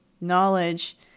knowledge